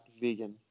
vegan